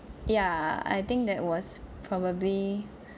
yeah I think that was probably